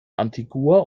antigua